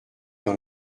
dans